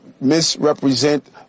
misrepresent